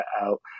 out